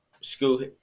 School –